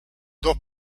dos